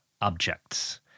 objects